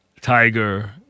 Tiger